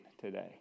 today